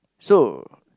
so